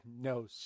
no